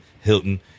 Hilton